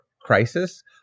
crisis